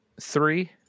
three